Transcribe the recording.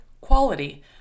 quality